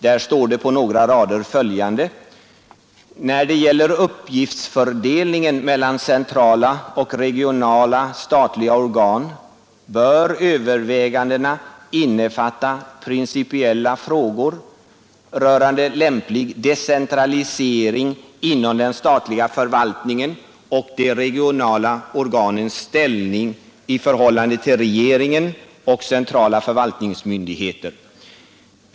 Där står det på några rader följande: ”När det gäller uppgiftsfördelningen mellan centrala och regionala statliga organ bör övervägandena innefatta principiella frågor rörande lämplig decentralisering inom den statliga förvaltningen och de regionala organens ställning i förhållande till regeringen och centrala förvaltningsmyndigheter.